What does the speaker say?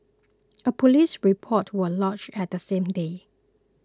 a police report was lodged that same day